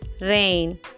Rain